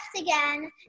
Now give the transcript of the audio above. again